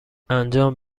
انجام